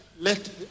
Let